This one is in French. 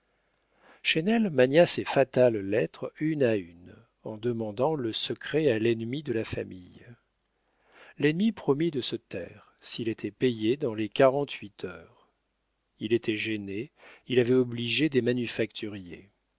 d'esgrignon chesnel mania ces fatales lettres une à une en demandant le secret à l'ennemi de la famille l'ennemi promit de se taire s'il était payé dans les quarante-huit heures il était gêné il avait obligé des manufacturiers